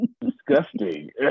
Disgusting